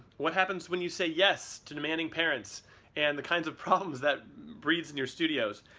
what happens when you say yes to demanding parents and the kinds of problems that breeds in your studios.